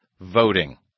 voting